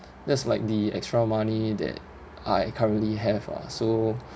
that's like the extra money that I currently have lah so